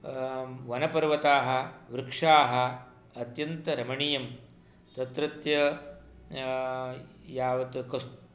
वनपर्वताः वृक्षाः अत्यन्तरमणीयं तत्रत्य यावत् कस्त्